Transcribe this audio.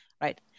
right